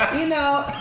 you know?